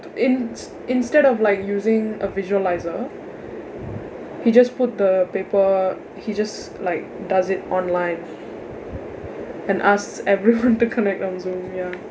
to ins~ instead of like using a visualizer he just put the paper he just like does it online and ask everyone to connect on zoom ya